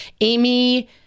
Amy